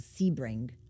Sebring